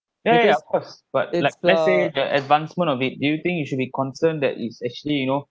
yeah yeah yeah of course but like let's say the advancement of it do you think you should be concerned that its actually you know